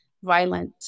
violent